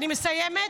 אני מסיימת.